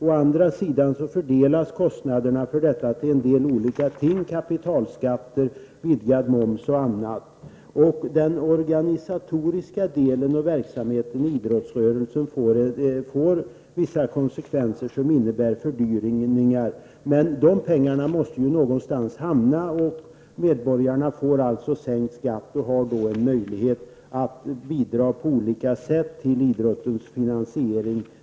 Å andra sidan fördelas kostnaderna för denna reform på olika sätt, bl.a. genom kapitalskatter, vidgad moms, m.m. Det innebär att det blir vissa konsekvenser för idrottsrörelsens organisatoriska del och verksamhet i form av fördyringar. Men dessa pengar måste hamna någonstans, och medborgarna får alltså sänkt skatt och har då möjlighet att på olika sätt bidra till idrottens finansiering.